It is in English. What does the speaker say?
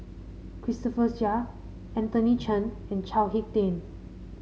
Christopher Chia Anthony Chen and Chao HicK Tin